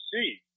see